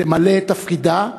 תמלא את תפקידה,